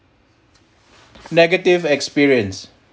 negative experience